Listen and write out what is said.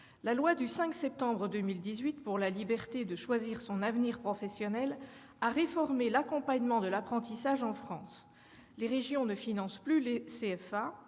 La loi du 5 septembre 2018 pour la liberté de choisir son avenir professionnel a réformé l'accompagnement de l'apprentissage en France : les régions ne financent plus les